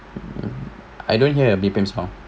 mm I don't hear your bee~ sound